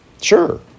Sure